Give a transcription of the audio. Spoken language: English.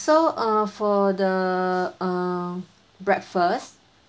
so err for the err breakfast